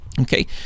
okay